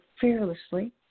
fearlessly